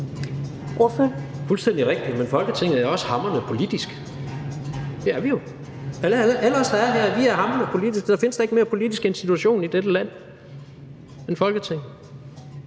er jo fuldstændig rigtigt, men Folketinget er jo også hamrende politisk – det er vi jo. Alle os, der er her, er hamrende politiske; der findes da ikke en mere politisk institution i dette land end Folketinget,